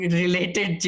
related